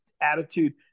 attitude